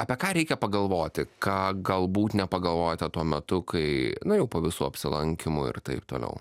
apie ką reikia pagalvoti ką galbūt nepagalvojote tuo metu kai nu jau po visų apsilankymų ir taip toliau